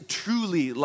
truly